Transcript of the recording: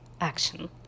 action